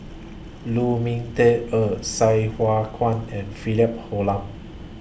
Lu Ming Teh Earl Sai Hua Kuan and Philip Hoalim